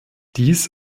dies